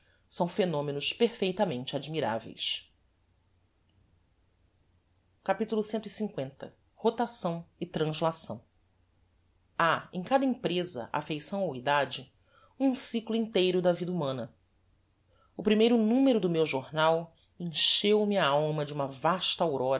são phenomenos perfeitamente admiráveis capitulo cl rotação e translação ha em cada empreza affeição ou edade um cyclo inteiro da vida humana o primeiro numero do meu jornal encheu-me a alma de uma vasta